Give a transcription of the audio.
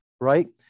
right